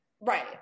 right